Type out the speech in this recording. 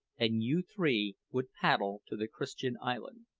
and you three would paddle to the christian island.